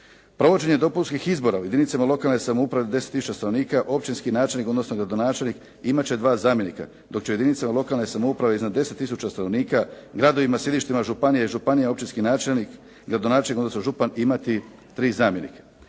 Provođenje dopunskih izbora u jedinicama lokalne samouprave do 10 tisuća stanovnika općinski načelnik, odnosno gradonačelnik imati će dva zamjenika, dok će u jedinicama lokalne samouprave iznad 10 tisuća stanovnika gradovima sjedištima županija i županija općinski načelnik, gradonačelnik, odnosno župan imati tri zamjenika.